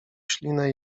ślinę